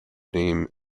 name